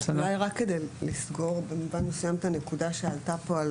אולי רק כדי לסגור את הנקודה שעלתה פה, על